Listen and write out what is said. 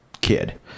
kid